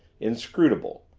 inscrutable,